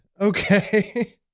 Okay